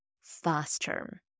faster